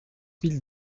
mille